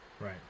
Right